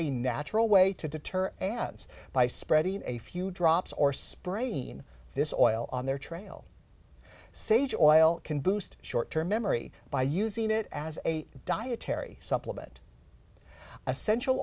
a natural way to deter ads by spreading a few drops or sprain this oil on their trail sage oil can boost short term memory by using it as a dietary supplement essential